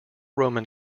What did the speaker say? roman